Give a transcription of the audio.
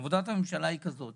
עבודת הממשלה היא כזאת: